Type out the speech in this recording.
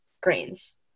grains